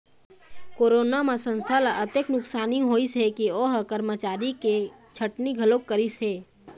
corona म संस्था ल अतेक नुकसानी होइस के ओ ह करमचारी के छटनी घलोक करिस हे